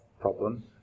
problem